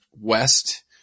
West